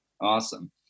Awesome